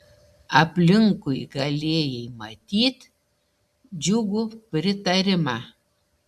aplinkui galėjai matyt džiugų pritarimą